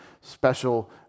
special